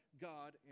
God